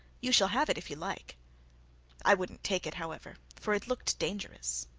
you shall have it if you like i wouldn't take it, however, for it looked dangerous.